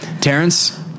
Terrence